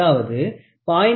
550 0